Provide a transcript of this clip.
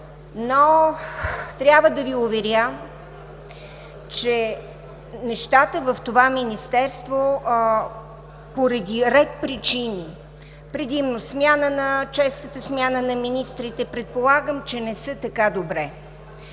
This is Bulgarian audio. но трябва да Ви уверя, че нещата в това Министерство поради ред причини – предимно честата смяна на министрите, предполагам, че не са така добре.